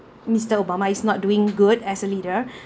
mister obama is not doing good as a leader